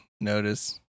notice